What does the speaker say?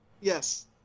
Yes